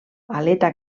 aleta